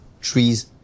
trees